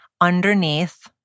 underneath